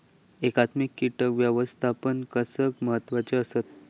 एकात्मिक कीटक व्यवस्थापन कशाक महत्वाचे आसत?